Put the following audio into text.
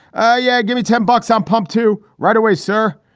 ah yeah. give me ten bucks i'm pumped to. right away, sir.